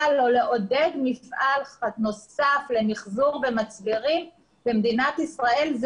או לעודד מפעל נוסף למיחזור מצברים במדינת ישראל,